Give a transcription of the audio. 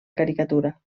caricatura